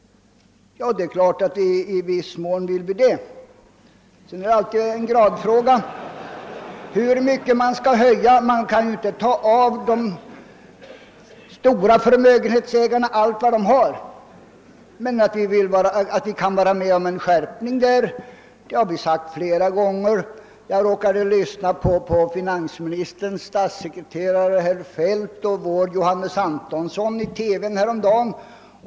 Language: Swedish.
Ja, det är klart att vi i viss mån vill detta. Sedan är det alltid en gradfråga hur mycket man skall höja. Man kan inte ta ifrån de stora förmögenhetsägarna allt vad de har. Men att vi härvidlag kan vara med om en viss skärpning har vi flera gånger sagt. Jag råkade lyssna till finansministerns statssekreterare herr Feldt och vår Johannes Antonsson i TV häromdagen.